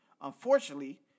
Unfortunately